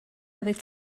oeddet